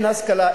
אין השכלה,